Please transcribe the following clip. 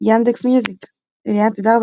Yandex.Music אליאנה תדהר,